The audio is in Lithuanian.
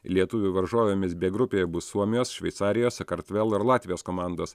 lietuvių varžovėmis b grupėje bus suomijos šveicarijos sakartvelo ir latvijos komandos